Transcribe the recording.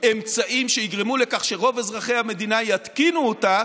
אמצעים שיגרמו לכך שרוב אזרחי המדינה יתקינו אותה